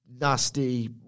nasty